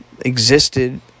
existed